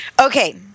Okay